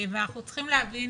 אנחנו צריכים להבין